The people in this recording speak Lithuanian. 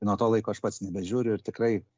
nuo to laiko aš pats nebežiūriu ir tikrai